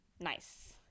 nice